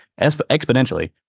exponentially